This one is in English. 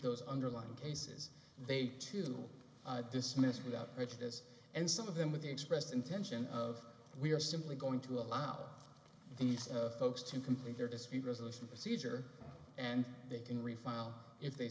those underlined cases they too were dismissed without prejudice and some of them with the express intention of we are simply going to allow these folks to complete their dispute resolution procedure and they can refile if they